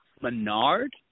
Menard